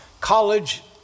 college